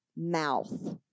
mouth